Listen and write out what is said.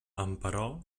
emperò